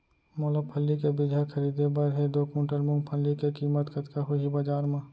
मोला फल्ली के बीजहा खरीदे बर हे दो कुंटल मूंगफली के किम्मत कतका होही बजार म?